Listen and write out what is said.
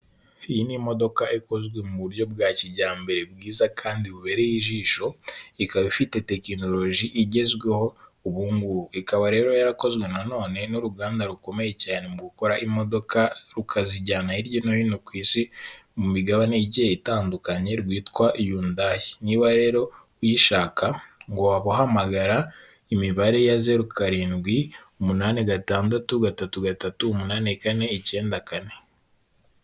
Iyi ni imodoka ikozwe mu buryo bwa kijyambere bwiza kandi bubereye ijisho, ikaba ifite tekinoroji igezweho ubu ngubu. Ikaba rero yarakozwe na none n'uruganda rukomeye cyane mu gukora imodoka, rukazijyana hirya no hino ku isi mu migabane igiye itandukanye rwitwa yundayi. Niba rero uyishaka ngo wabahamagara, imibare ya zeru karindwi, umunani gatandatu, gatatu gatatu, umunani kane, icyenda kane.